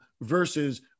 versus